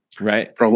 right